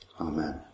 Amen